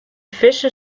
vissen